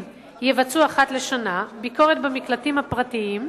יבצעו אחת לשנה ביקורת במקלטים הפרטיים,